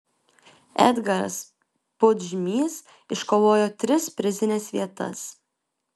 edgaras pudžmys iškovojo tris prizines vietas